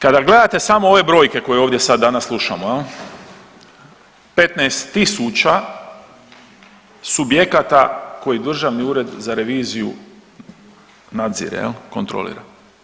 Kada gledate samo ove brojke koje ovdje sad danas slušamo jel, 15.000 subjekata koji Državni ured za reviziju nadzire jel kontrolira.